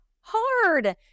hard